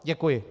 Děkuji.